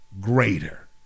greater